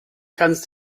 kannst